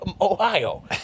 Ohio